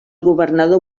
governador